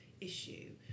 issue